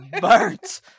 burnt